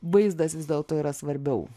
vaizdas vis dėlto yra svarbiau